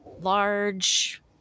large